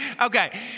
Okay